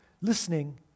listening